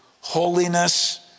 holiness